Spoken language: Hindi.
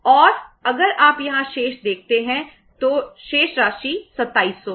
और अगर आप यहां शेष देखते हैं तो शेष राशि 2700 है